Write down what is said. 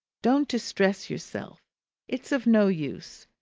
don't distress yourself it's of no use.